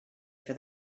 for